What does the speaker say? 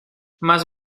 más